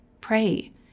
Pray